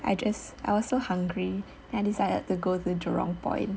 I just I was so hungry then I decided to go to jurong point